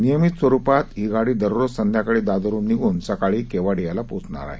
नियमित स्वरूपात ही गाडी दररोज संध्याकाळी दादरहून निघ्न सकाळी केवडियाला पोचणार आहे